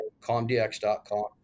comdx.com